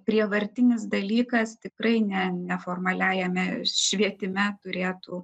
prievartinis dalykas tikrai ne neformaliajame švietime turėtų